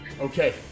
Okay